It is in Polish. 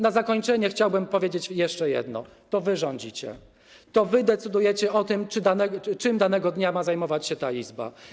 Na zakończenie chciałbym powiedzieć jeszcze jedno: to wy rządzicie, to wy decydujecie o tym, czym danego dnia ma zajmować się ta Izba.